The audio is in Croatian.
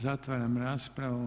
Zatvaram raspravu.